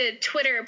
Twitter